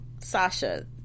Sasha